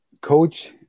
coach